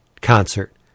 concert